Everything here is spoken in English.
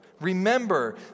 Remember